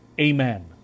amen